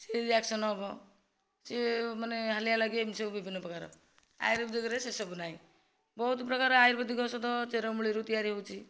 ସେ ରିଏକ୍ସନ ହେବ ସେ ମାନେ ହାଲିଆ ଲାଗେ ଏ ସବୁ ବିଭିନ୍ନ ପ୍ରକାର ଆୟୁର୍ବେଦିକରେ ସେସବୁ ନାହିଁ ବହୁତ ପ୍ରକାରର ଆୟୁର୍ବେଦିକ ଔଷଧ ଚେର ମୂଳିରୁ ତିଆରି ହେଉଛି